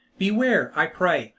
beware, i pray,